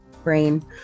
brain